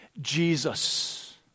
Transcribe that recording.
Jesus